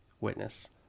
Witness